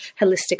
holistic